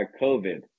covid